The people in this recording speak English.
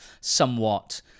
somewhat